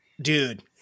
Dude